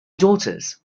daughters